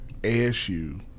asu